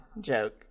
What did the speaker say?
Joke